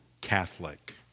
Catholic